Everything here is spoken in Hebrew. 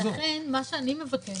לכן מה שאני מבקשת,